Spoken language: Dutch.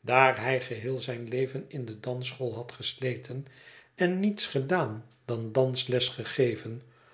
daar hij geheel zijn leven in de dansschool had gesleten en niets gedaan dan dansles gegeven